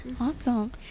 Awesome